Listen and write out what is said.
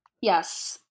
Yes